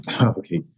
Okay